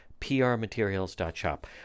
prmaterials.shop